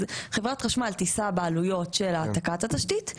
אז חברת החשמל תישא בעלויות של העתקת התשתית.